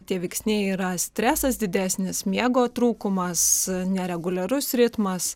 tie veiksniai yra stresas didesnis miego trūkumas nereguliarus ritmas